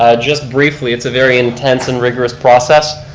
ah just briefly, it's a very intense and rigorous process,